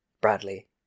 Bradley